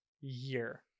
year